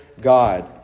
God